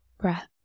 breath